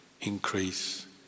increase